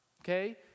okay